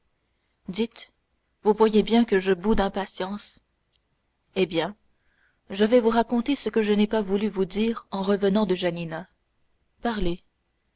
vous voyez bien que je bous d'impatience eh bien je vais vous raconter ce que je n'ai pas voulu vous dire en revenant de janina parlez